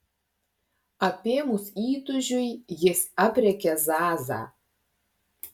apėmus įtūžiui jis aprėkė zazą